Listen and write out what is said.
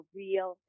real